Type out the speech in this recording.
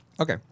Okay